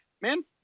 man